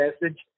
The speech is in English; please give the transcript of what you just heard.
message